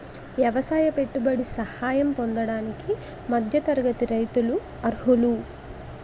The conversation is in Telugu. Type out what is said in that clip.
ఎవసాయ పెట్టుబడి సహాయం పొందడానికి మధ్య తరగతి రైతులు అర్హులు